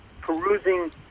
perusing